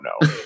no